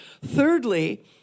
Thirdly